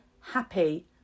happy